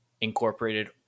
incorporated